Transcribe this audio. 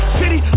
city